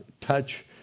touch